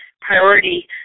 priority